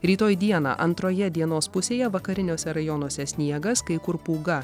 rytoj dieną antroje dienos pusėje vakariniuose rajonuose sniegas kai kur pūga